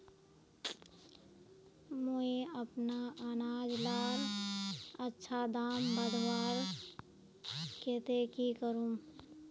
मुई अपना अनाज लार अच्छा दाम बढ़वार केते की करूम?